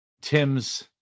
tim's